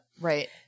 Right